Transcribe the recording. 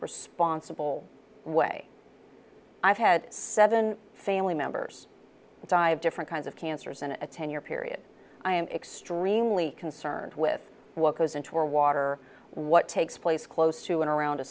responsible way i've had seven family members die of different kinds of cancers in a ten year period i am extremely concerned with what goes into our water what takes place close to and around